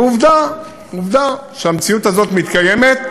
ועובדה שהמציאות הזאת מתקיימת,